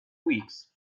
weeks